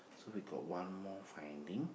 so we got one more finding